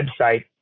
website